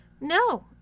No